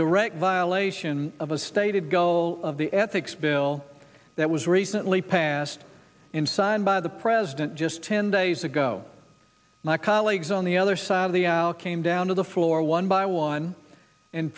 direct violation of a stated goal of the ethics bill that was recently passed in signed by the president just ten days ago my colleagues on the other side of the came down to the floor one by one and